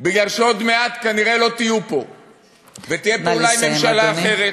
בגלל שעוד מעט כנראה לא תהיו פה ותהיה פה אולי ממשלה אחרת.